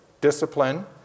discipline